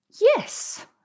Yes